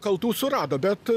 kaltų surado bet